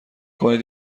کنید